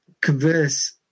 converse